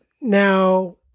Now